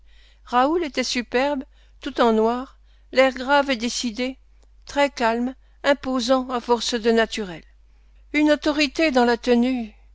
raoul était superbe tout en noir l'air grave et décidé très calme imposant à force de naturel une autorité dans la tenue